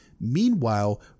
Meanwhile